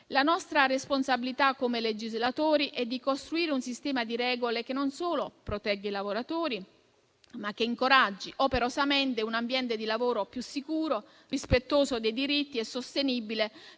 La nostra responsabilità come legislatori è di costruire un sistema di regole che non solo protegga i lavoratori, ma che incoraggi operosamente un ambiente di lavoro più sicuro, rispettoso dei diritti e sostenibile